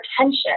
attention